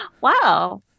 Wow